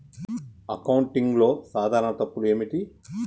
అకౌంటింగ్లో సాధారణ తప్పులు ఏమిటి?